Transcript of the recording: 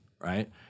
right